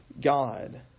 God